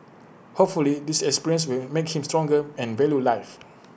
hopefully this experience will make him stronger and value life